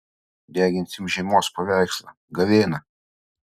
deginsim žiemos paveikslą gavėną